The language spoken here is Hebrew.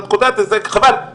את קוטעת את זה, חבל.